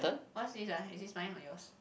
what is this ah is this mine or yours